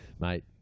mate